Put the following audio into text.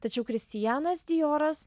tačiau kristianas dioras